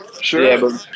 sure